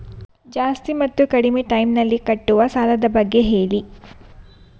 ಜಾಸ್ತಿ ಮತ್ತು ಕಡಿಮೆ ಟೈಮ್ ನಲ್ಲಿ ಕಟ್ಟುವ ಸಾಲದ ಬಗ್ಗೆ ಹೇಳಿ